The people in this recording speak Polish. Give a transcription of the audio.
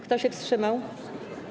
Kto się wstrzymał?